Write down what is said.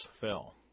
fell